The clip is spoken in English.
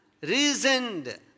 reasoned